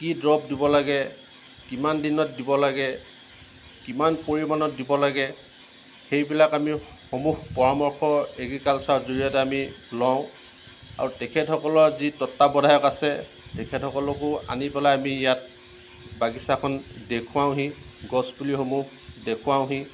কি দৰৱ দিব লাগে কিমান দিনত দিব লাগে কিমান পৰিমাণত দিব লাগে সেইবিলাক আমি সমূহ পৰামৰ্শ এগ্ৰিকালচাৰৰ জৰিয়তে আমি লওঁ আৰু তেখেতসকলৰ যি তত্বাৱধায়ক আছে তেখেতসকলকো আনি পেলাই আমি ইয়াত বাগিচাখন দেখুৱাওহি গছ পুলিসমূহ দেখুৱাওহি